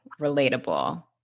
relatable